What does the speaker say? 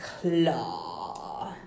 claw